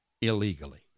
illegally